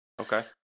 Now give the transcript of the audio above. Okay